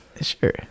sure